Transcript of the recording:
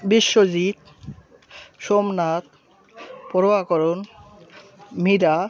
Biswajit Somnath Prabhakaran Meera